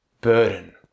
burden